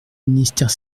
ministère